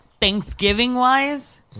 Thanksgiving-wise